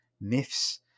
myths